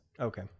okay